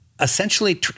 essentially